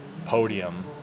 podium